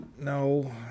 No